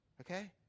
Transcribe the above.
Okay